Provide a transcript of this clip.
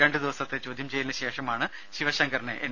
രണ്ടു ദിവസത്തെ ചോദ്യം ചെയ്യലിനു ശേഷമാണ് ശിവശങ്കറിനെ എൻ